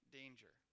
danger